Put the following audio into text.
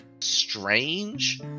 strange